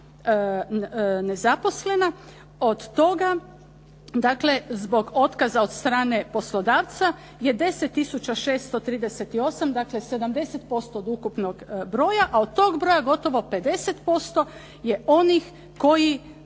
nezaposlena. Od toga dakle zbog otkaza od strane poslodavca je 10 tisuća 638 dakle 78% od ukupnog broja, a od toga broja gotovo 50% je onih koji